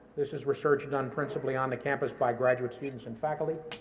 this is research done principally on the campus by graduate students and faculty,